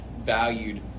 Valued